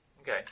Okay